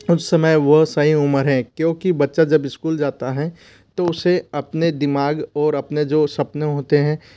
उस समय वह सही उमर है क्यूँकि बच्चा जब स्कूल जाता है तो उसे अपने दिमाग ओर अपने जो सपने होते हैं